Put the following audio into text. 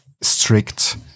strict